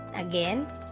Again